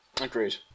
agreed